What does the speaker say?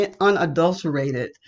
unadulterated